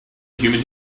human